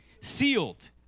Sealed